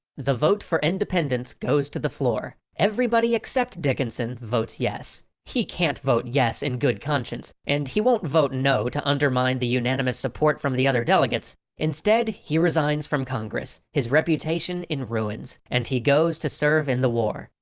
the vote for independence goes to the floor. everybody except dickinson votes yes. he can't vote yes in good conscience, and he won't vote no to undermine the unanimous support from the other delegates. instead, he resigns from congress, his reputation in ruins, and he goes to serve in the war.